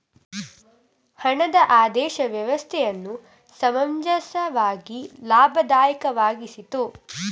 ಹಣದ ಆದೇಶ ವ್ಯವಸ್ಥೆಯನ್ನು ಸಮಂಜಸವಾಗಿ ಲಾಭದಾಯಕವಾಗಿಸಿತು